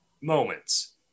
moments